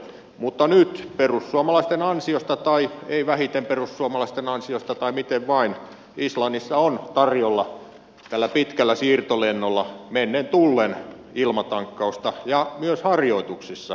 mutta nyt perussuomalaisten ansiosta tai ei vähiten perussuomalaisten ansiosta tai miten vain islannissa on tarjolla tällä pitkällä siirtolennolla mennen tullen ilmatankkausta ja myös harjoituksissa